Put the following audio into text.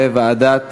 התשע"ה 2014, לוועדת